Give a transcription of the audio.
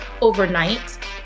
overnight